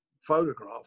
photograph